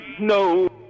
No